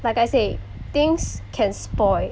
like I say things can spoil